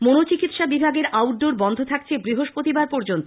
মনোচিকিৎসা বিভাগের আউটডোর বন্ধ থাকছে বৃহস্পতিবার পর্যন্ত